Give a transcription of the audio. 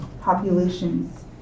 populations